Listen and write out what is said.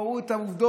ראו את העובדות.